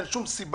אין שום סיבה